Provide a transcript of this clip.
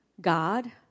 God